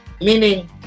Meaning